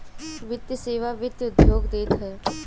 वित्तीय सेवा वित्त उद्योग देत हअ